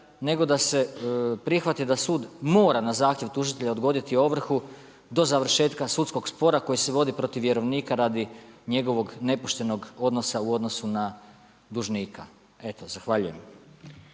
nego da se prihvati da sud mora na zahtjev tužitelja odgoditi ovrhu do završetka sudskog spora koji se protiv vjerovnika radi njegovog nepoštenog odnosa u odnosu na dužnika. Zahvaljujem.